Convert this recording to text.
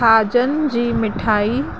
खाॼनि जी मिठाई